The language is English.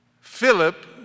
Philip